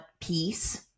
peace